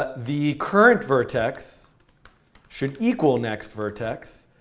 ah the current vertex should equal next vertex.